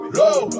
low